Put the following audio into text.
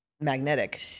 magnetic